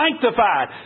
sanctified